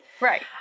right